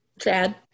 Chad